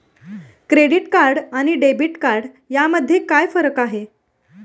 Credit card आणि debit card यामध्ये काय फरक आहे?